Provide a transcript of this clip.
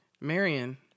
Marion